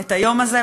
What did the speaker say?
את היום הזה,